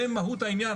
זה מהות העניין.